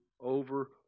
over